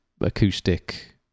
acoustic